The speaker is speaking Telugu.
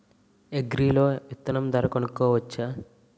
అగ్రియాప్ లో విత్తనం ధర కనుకోవచ్చా?